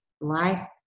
life